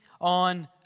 on